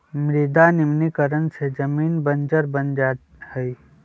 मृदा निम्नीकरण से जमीन बंजर बन जा हई